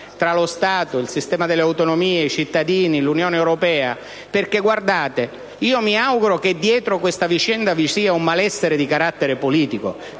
tra lo Stato, il sistema delle autonomie, i cittadini e l'Unione europea. Guardate, io mi auguro che dietro questa vicenda vi sia un malessere di carattere politico,